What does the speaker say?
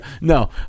No